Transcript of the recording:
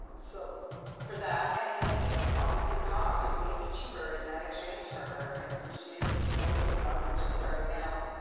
so for that. and, then, you know obviously, cost. it may be cheaper in that exchange for her. and since she is low income and just starting out,